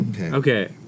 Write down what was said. Okay